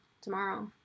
tomorrow